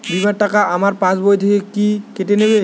বিমার টাকা আমার পাশ বই থেকে কি কেটে নেবে?